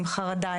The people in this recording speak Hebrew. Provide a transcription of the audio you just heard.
עם חרדה,